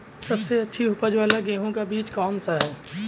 सबसे अच्छी उपज वाला गेहूँ का बीज कौन सा है?